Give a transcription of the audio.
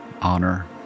honor